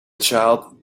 child